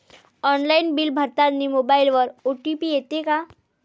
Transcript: Online bill भरतानी मोबाईलवर OTP येते का?